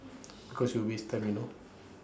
because you waste time you know